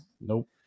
Nope